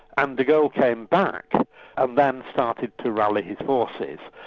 and de gaulle came back and then started to rally his forces.